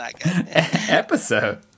Episode